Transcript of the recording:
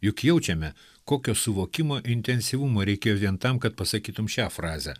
juk jaučiame kokio suvokimo intensyvumo reikėjo vien tam kad pasakytum šią frazę